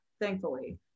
thankfully